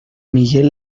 miguel